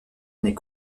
n’est